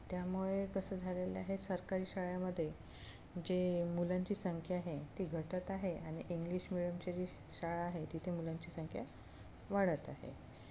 त्यामुळे कसं झालेलं आहे सरकारी शाळेमध्ये जे मुलांची संख्या आहे ती घटत आहे आणि इंग्लिश मिडियमची जी शाळा आहे तिथे मुलांची संख्या वाढत आहे